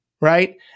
right